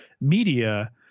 media